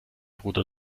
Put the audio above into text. bruder